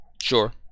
Sure